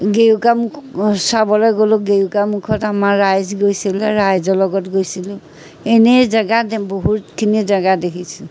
গেৰুকামুখ চাবলৈ গ'লোঁ গেৰুকামুখত আমাৰ ৰাইজ গৈছিলে ৰাইজৰ লগত গৈছিলোঁ এনেই জেগা বহুতখিনি জেগা দেখিছোঁ